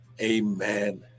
Amen